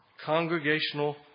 Congregational